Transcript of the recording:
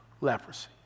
leprosy